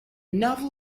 novel